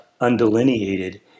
undelineated